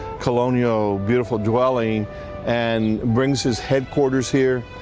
colonial beautiful dwelling and brings his headquarters here.